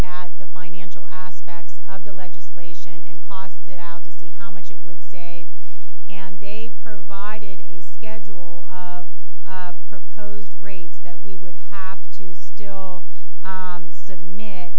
at the financial aspects of the legislation and costs it out to see how much it would save and they provided a schedule of proposed rates that we would have to still submit